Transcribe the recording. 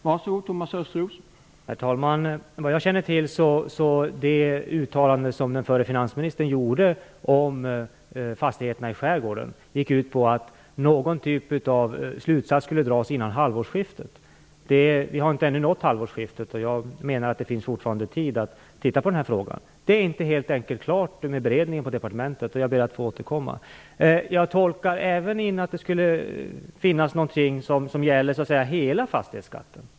Herr talman! Såvitt jag känner till gick det uttalande som den förre finansministern gjorde om fastigheterna i skärgården ut på att någon typ av slutsats skulle dras före halvårsskiftet. Vi har ännu inte nått halvårsskiftet. Jag menar att det fortfarande finns tid att titta på den här frågan. Beredningen på departementet är helt enkelt inte klar. Jag ber att få återkomma. Jag tolkar det även som att frågan gäller hela fastighetsskatten.